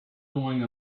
going